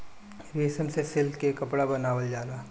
रेशम से सिल्क के कपड़ा बनावल जाला